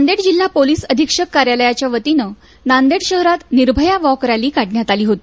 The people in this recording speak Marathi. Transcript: नादेड जिल्हा पोलीस अधीक्षक कार्यालयाच्या वतीनं नांदेड शहरात निर्भया वॉक रॅली काढण्यात आली होती